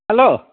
hello